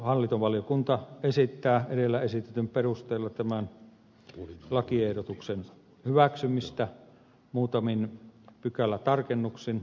hallintovaliokunta esittää edellä esitetyn perusteella tämän lakiehdotuksen hyväksymistä muutamin pykälätarkennuksin